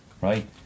Right